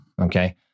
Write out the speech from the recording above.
Okay